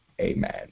Amen